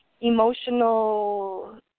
emotional